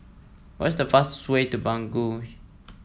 what is the fastest way to Bangui